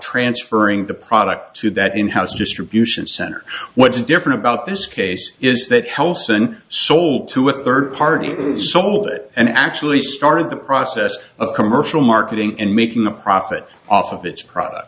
transferring the product to that in house distribution center what's different about this case is that helsingin sold to a third party sold it and actually started the process of commercial marketing and making a profit off of its product